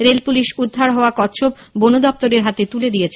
rail police উদ্ধার হওয়া কচ্ছপ বনদপ্তরের হাতে তুলে দিয়েছে